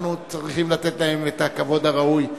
אנחנו צריכים לתת להם את הכבוד הראוי,